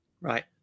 right